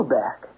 back